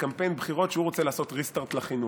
בקמפיין בחירות שהוא רוצה לעשות ריסטרט לחינוך,